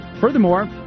Furthermore